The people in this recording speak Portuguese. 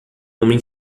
homem